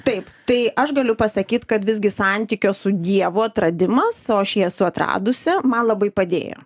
taip tai aš galiu pasakyt kad visgi santykio su dievu atradimas o aš jį esu atradusi man labai padėjo